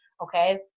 okay